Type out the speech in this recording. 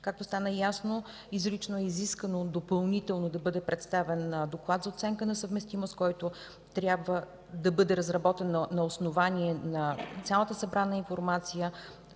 Както стана ясно, изрично е изискано допълнително да бъде представен доклад за оценка на съвместимост, който трябва да бъде разработен на основание на цялата събрана информация,